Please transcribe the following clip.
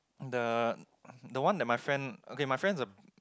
the the one that my friend okay my friend